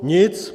Nic.